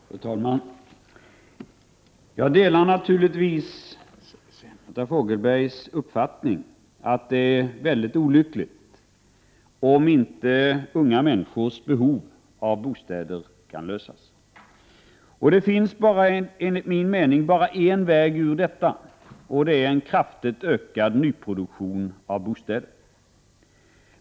Herr talman! Jag delar naturligtvis Margareta Fogelbergs uppfattning att det är mycket olyckligt om inte unga människors behov av bostäder kan täckas. Det finns, enligt min mening, bara en väg ur detta och det är en kraftig ökning av nyproduktionen av bostäder.